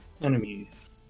enemies